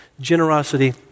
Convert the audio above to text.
Generosity